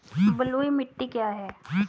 बलुई मिट्टी क्या है?